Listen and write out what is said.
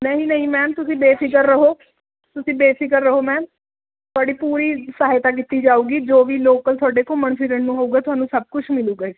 ਨਹੀਂ ਨਹੀਂ ਮੈਮ ਤੁਸੀਂ ਬੇਫਿਕਰ ਰਹੋ ਤੁਸੀਂ ਬੇਫਿਕਰ ਰਹੋ ਮੈਮ ਤੁਹਾਡੀ ਪੂਰੀ ਸਹਾਇਤਾ ਕੀਤੀ ਜਾਊਗੀ ਜੋ ਵੀ ਲੋਕਲ ਤੁਹਾਡੇ ਘੁੰਮਣ ਫਿਰਨ ਨੂੰ ਹੋਊਗਾ ਤੁਹਾਨੂੰ ਸਭ ਕੁੱਝ ਮਿਲੂਗਾ